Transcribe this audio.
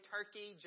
Turkey